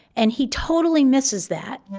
and he totally misses that,